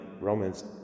Romans